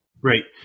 Right